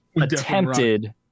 attempted